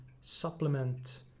supplement